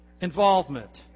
involvement